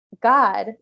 God